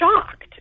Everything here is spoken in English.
shocked